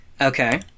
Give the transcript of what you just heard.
Okay